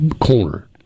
corner